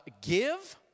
give